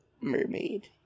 Mermaid